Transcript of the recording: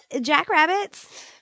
jackrabbits